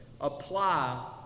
apply